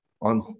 On